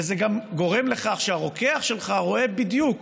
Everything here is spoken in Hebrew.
וזה גם גורם לכך שהרוקח שלך רואה בדיוק